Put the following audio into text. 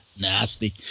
Nasty